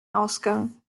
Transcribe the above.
ausgang